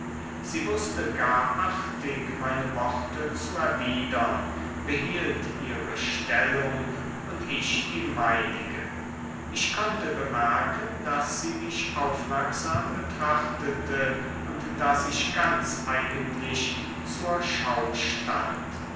sie wußte gar artig meine worte zu erwidern behielt ihre stellung und ich die meinige ich konnte bemerken daß sie mich aufmerksam betrachtete und daß ich ganz eigentlich zur schau stand